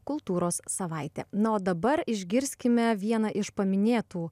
kultūros savaitė na o dabar išgirskime vieną iš paminėtų